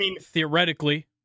theoretically –